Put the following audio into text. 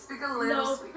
No